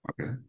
Okay